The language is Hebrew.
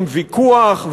עם ויכוח,